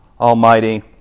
Almighty